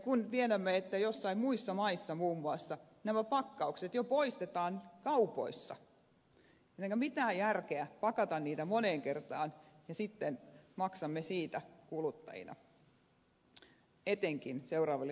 kun tiedämme että joissain muissa maissa nämä pakkaukset poistetaan jo kaupoissa onko mitään järkeä pakata niitä moneen kertaan ja sitten maksamme siitä kuluttajina etenkin seuraaville sukupolville